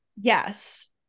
Yes